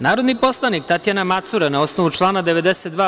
Narodni poslanik Tatjana Macura, na osnovu člana 92.